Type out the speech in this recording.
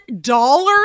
dollars